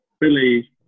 Billy